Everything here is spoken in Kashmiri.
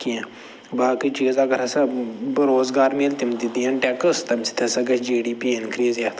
کیٚنہہ باقٕے چیٖز اگر ہسا بہٕ روزٕ گار مِلہِ تِم تہِ دِیَن ٹیٚکٕس تَمہِ سۭتۍ ہسا گژھِ جی ڈی پی اِنکرٛیٖز